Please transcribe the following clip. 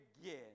again